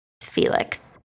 Felix